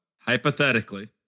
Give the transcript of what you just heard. Hypothetically